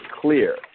clear